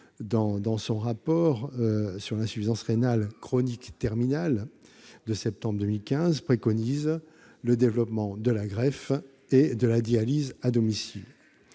dans son rapport sur l'insuffisance rénale chronique terminale de septembre 2015, préconise le développement de la greffe et de la dialyse à domicile.